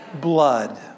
Blood